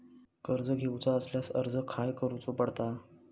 कर्ज घेऊचा असल्यास अर्ज खाय करूचो पडता?